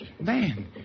man